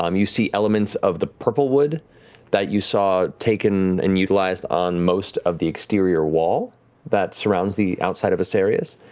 um you see elements of the purplewood that you saw taken and utilized on most of the exterior wall that surrounds the outside of asarius.